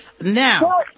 Now